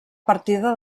partida